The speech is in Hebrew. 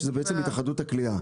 זאת בעצם התאחדות הקליעה.